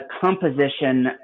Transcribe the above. composition